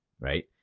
Right